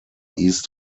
east